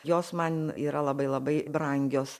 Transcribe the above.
jos man yra labai labai brangios